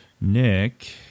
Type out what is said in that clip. Nick